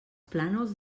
plànols